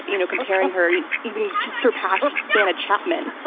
you know, comparing her even surpassed anna chapman,